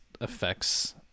affects